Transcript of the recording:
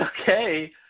okay